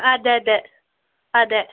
അതെയതെ അതെ